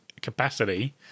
capacity